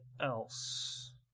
else